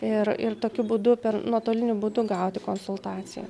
ir ir tokiu būdu per nuotoliniu būdu gauti konsultaciją